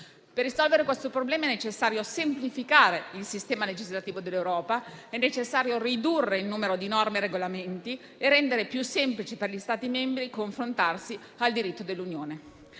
Per risolvere questo problema è necessario semplificare il sistema legislativo dell'Europa, ridurre il numero di norme e regolamenti e rendere più semplice per gli Stati membri conformarsi al diritto dell'Unione.